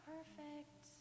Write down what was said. Perfect